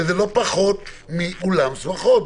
זה לא פחות מאולם שמחות.